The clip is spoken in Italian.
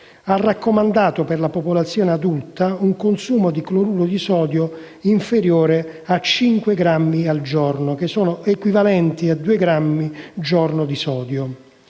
ha raccomandato per la popolazione adulta un consumo di cloruro di sodio inferiore a 5 grammi al giorno (equivalenti a 2 grammi al giorno di sodio).